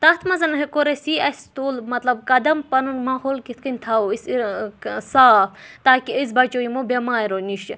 تَتھ منٛز ہیٚک کوٚر اسہِ یہِ اسہِ تُل مطلب قدم پَنُن ماحول کِتھ کٔنۍ تھاوو أسۍ صاف تاکہِ أسۍ بَچو یِمو بیٚماریو نِش